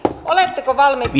oletteko valmiit